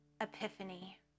epiphany